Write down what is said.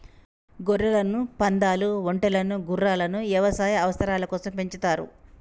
గొర్రెలను, పందాలు, ఒంటెలను గుర్రాలను యవసాయ అవసరాల కోసం పెంచుతారు